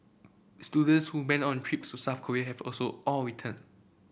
students who went on trips to South Korea have also all returned